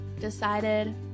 decided